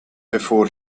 before